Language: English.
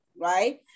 right